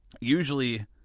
usually